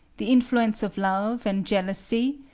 the influence of love and jealousy,